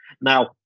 Now